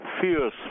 fears